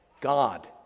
God